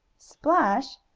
splash?